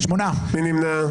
מי נמנע?